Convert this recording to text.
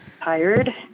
tired